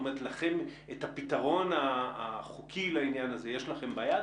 את הפתרון החוקי לעניין הזה יש לכם ביד?